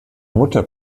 mutter